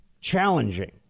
challenging